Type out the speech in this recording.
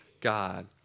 God